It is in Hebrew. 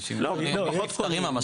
אנשים פחות לוקחים משכנתה.